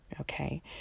Okay